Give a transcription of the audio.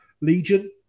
Legion